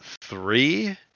three